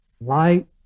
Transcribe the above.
light